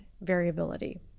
variability